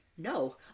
No